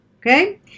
okay